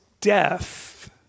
death